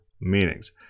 meanings